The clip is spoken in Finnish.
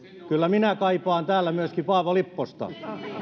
kyllä minä kaipaan täällä myöskin paavo lipposta